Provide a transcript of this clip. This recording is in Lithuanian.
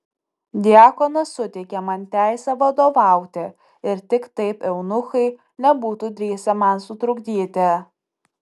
diakonas suteikė man teisę vadovauti ir tik taip eunuchai nebūtų drįsę man sutrukdyti